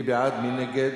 מי בעד, מי נגד,